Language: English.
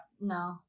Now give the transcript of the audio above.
No